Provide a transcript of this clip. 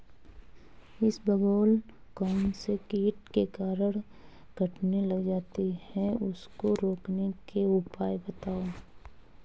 इसबगोल कौनसे कीट के कारण कटने लग जाती है उसको रोकने के उपाय बताओ?